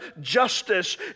justice